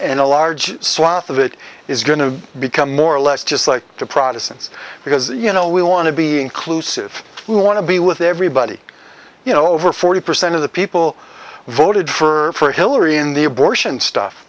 and a large swath of it is going to become more or less just like the protestants because you know we want to be inclusive we want to be with everybody you know over forty percent of the people voted for hillary in the abortion stuff